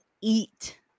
eat